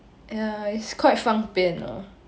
ya it's quite 方便 ugh